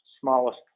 smallest